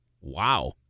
Wow